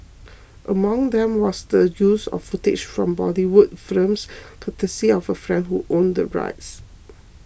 among them was the use of footage from Bollywood films courtesy of a friend who owned the rights